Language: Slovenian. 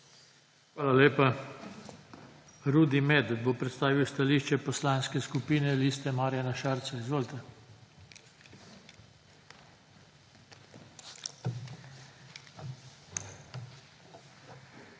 Hvala lepa. Rudi Medved bo predstavil stališče Poslanske skupine Liste Marjana Šarca. Izvolite.